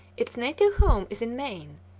its native home is in maine,